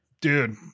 dude